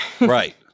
Right